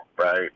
right